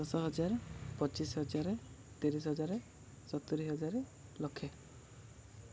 ଦଶ ହଜାର ପଚିଶି ହଜାର ତିରିଶି ହଜାର ସତୁୁରି ହଜାର ଲକ୍ଷେ